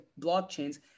blockchains